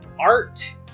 art